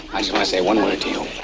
i just want to say one word to you.